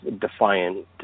defiant